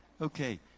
Okay